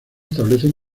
establecen